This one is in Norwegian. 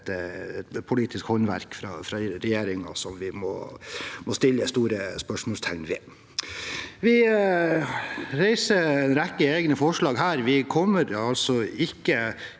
et politisk håndverk fra regjeringen som vi må sette store spørsmålstegn ved. Vi reiser en rekke egne forslag her. Vi kommer altså ikke